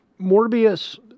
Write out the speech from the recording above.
Morbius